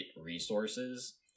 resources